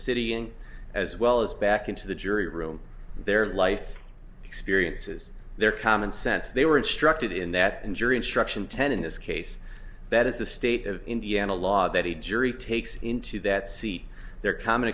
ng as well as back into the jury room their life experiences their common sense they were instructed in that jury instruction ten in this case that is the state of indiana law that he jury takes into that seat their common